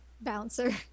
bouncer